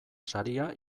saria